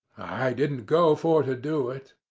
i didn't go for to do it.